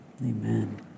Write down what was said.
Amen